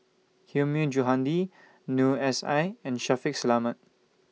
Hilmi Johandi Noor S I and Shaffiq Selamat